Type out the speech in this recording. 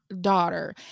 daughter